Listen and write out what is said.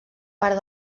part